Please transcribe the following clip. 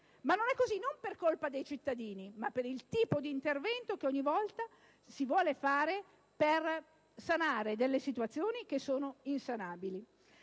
che non è così, ma non per colpa dei cittadini, bensì per il tipo di intervento che ogni volta si vuole adottare per sanare situazioni che sono insanabili.